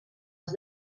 els